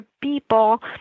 people